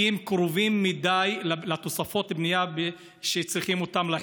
כי הם קרובים מדי לתוספות הבנייה שצריכים לחיזוק.